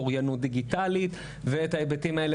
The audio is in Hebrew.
אוריינות דיגיטלית ואת ההיבטים האלה,